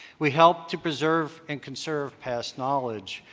we help to preserve and conserve past knowledge,